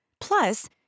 Plus